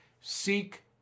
Seek